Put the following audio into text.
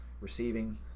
Receiving